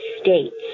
States